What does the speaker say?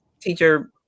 teacher